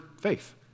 faith